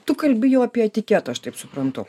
tu kalbi apie jau apie etiketą aš taip suprantu